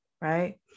right